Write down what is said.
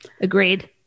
Agreed